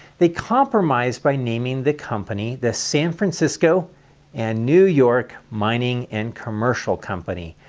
they compromised by naming the company, the san francisco and new york mining and commercial company,